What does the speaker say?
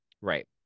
Right